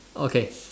okay